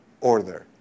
order